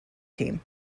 team